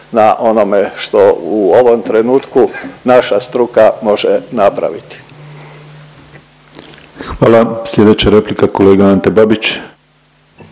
na onome što u ovom trenutku naša struka može napraviti. **Penava, Ivan (DP)** Hvala. Slijedeća replika kolega Ante Babić.